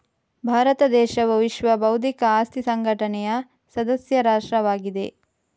ಭಾರತ ದೇಶವು ವಿಶ್ವ ಬೌದ್ಧಿಕ ಆಸ್ತಿ ಸಂಘಟನೆಯ ಸದಸ್ಯ ರಾಷ್ಟ್ರವಾಗಿದೆ